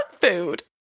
food